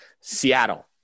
Seattle